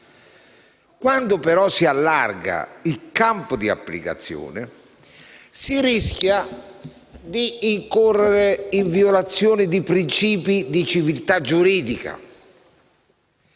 Quando però si allarga il campo di applicazione, si rischia di incorrere in violazioni dei principi di civiltà giuridica.